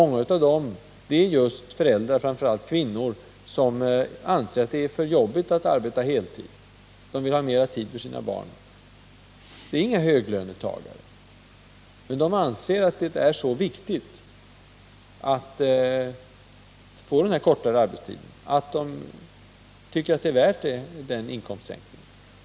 Många av dem är just föräldrar, framför allt kvinnor, som anser att det är för jobbigt att arbeta på heltid och som vill ha mer tid för sina barn. De är inga höginkomsttagare. Men de anser att det är så viktigt att få en förkortad arbetstid att de tycker att detta är värt en inkomstsänkning.